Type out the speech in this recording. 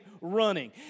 running